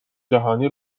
جهانی